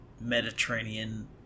Mediterranean